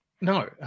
No